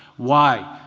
why?